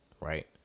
right